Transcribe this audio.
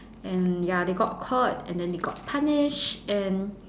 and ya they got caught and then they got punished and